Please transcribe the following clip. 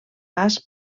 pas